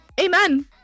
Amen